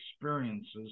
experiences